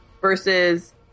versus